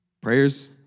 Prayers